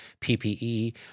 PPE